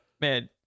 man